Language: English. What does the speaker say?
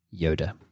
Yoda